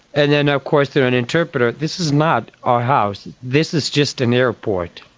and then of course, through an interpreter, this is not our house, this is just an airport.